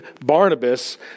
Barnabas